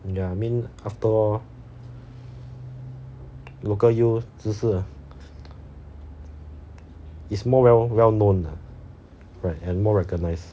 ya I mean after all local U 只是 is more well well known lah right and more recognised